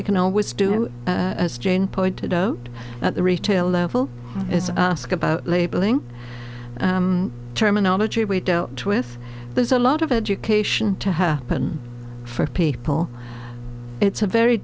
we can always do and as jane point to doat at the retail level is ask about labeling terminology we dealt with there's a lot of education to happen for people it's a very